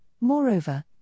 moreover